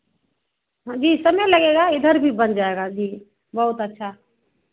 हाँ जी समय लगेगा इधर भी बन जाएगा जी बहुत अच्छा